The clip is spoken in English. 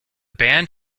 band